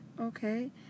okay